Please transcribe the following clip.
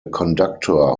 conductor